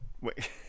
wait